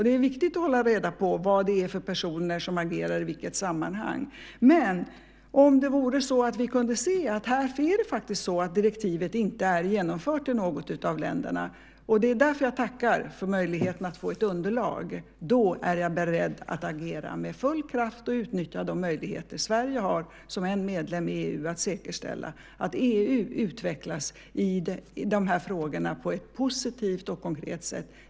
Det är viktigt att hålla reda på vad det är för personer som agerar i vilket sammanhang. Om det vore så att vi kunde se att direktivet inte är genomfört i något av länderna - det är därför jag tackar för möjligheten att få ett underlag - är jag beredd att då agera med full kraft och utnyttja de möjligheter Sverige har som en medlem i EU att säkerställa att EU utvecklas i dessa frågor på ett positivt och konkret sätt.